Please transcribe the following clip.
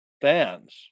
Fans